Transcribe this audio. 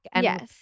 Yes